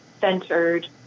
centered